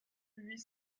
huit